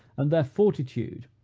and their fortitude,